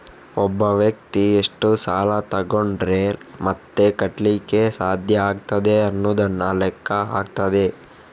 ಒಬ್ಬ ವ್ಯಕ್ತಿ ಎಷ್ಟು ಸಾಲ ತಗೊಂಡ್ರೆ ಮತ್ತೆ ಕಟ್ಲಿಕ್ಕೆ ಸಾಧ್ಯ ಆಗ್ತದೆ ಅನ್ನುದನ್ನ ಲೆಕ್ಕ ಹಾಕ್ತದೆ